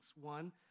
One